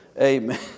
Amen